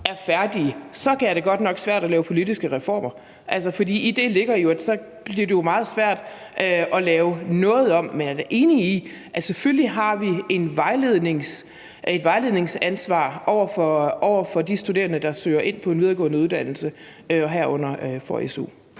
er færdige, så bliver det godt nok svært at lave politiske reformer. For i det ligger jo, at så bliver det meget svært at lave noget om. Men jeg er da enig i, at selvfølgelig har vi et vejledningsansvar over for de studerende, der søger ind på en videregående uddannelse og herunder får su.